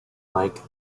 like